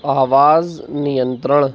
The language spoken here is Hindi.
आवाज़ नियंत्रण